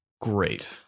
Great